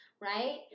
right